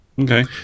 Okay